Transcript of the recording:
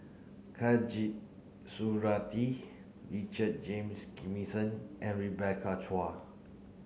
Khatijah Surattee Richard James and Rebecca Chua